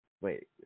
Wait